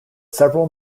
several